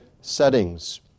settings